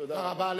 תודה רבה.